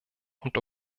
und